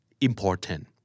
Important